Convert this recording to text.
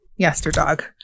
Yesterdog